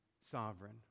sovereign